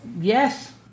Yes